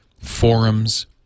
forums